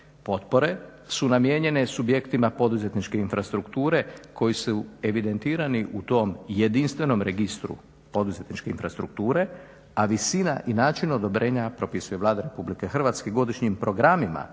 Potpore su namijenjene subjektima poduzetničke infrastrukture koji su evidentirani u tom jedinstvenom registru poduzetničke infrastrukture, a visina i način odobrenja propisuje Vlada Republike Hrvatske godišnjim programima